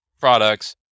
products